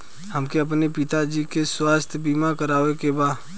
हमके अपने पिता जी के स्वास्थ्य बीमा करवावे के बा?